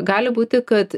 gali būti kad